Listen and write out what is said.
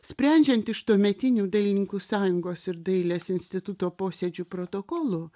sprendžiant iš tuometinių dailininkų sąjungos ir dailės instituto posėdžių protokolų